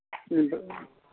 ఏదో